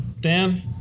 Dan